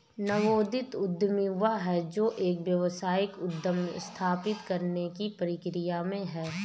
नवोदित उद्यमी वह है जो एक व्यावसायिक उद्यम स्थापित करने की प्रक्रिया में है